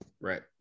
Right